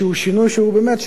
שהוא באמת שינוי מהותי,